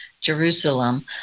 jerusalem